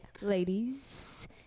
ladies